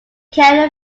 carry